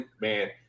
man